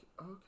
Okay